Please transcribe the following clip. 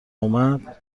اومد